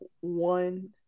one